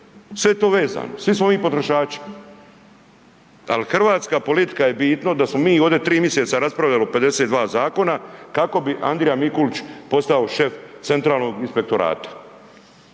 Sve je to vezano, svi smo mi potrošači. Al hrvatska politika je bitno da smo mi ovdje 3 miseca raspravljali o 52 zakona kako bi Andrija Mikulić postao centralnog inspektorata,